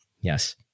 Yes